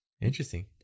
Interesting